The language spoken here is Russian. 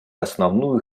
основную